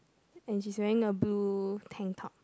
and she's wearing a blue tank top